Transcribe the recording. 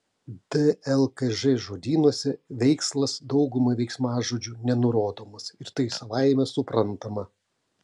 dlkž žodynuose veikslas daugumai veiksmažodžių nenurodomas ir tai savaime suprantama